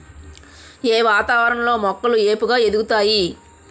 ఏ వాతావరణం లో మొక్కలు ఏపుగ ఎదుగుతాయి?